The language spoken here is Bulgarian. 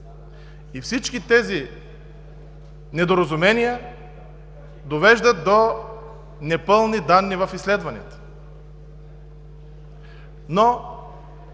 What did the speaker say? Всички тези недоразумения довеждат до непълни данни в изследванията.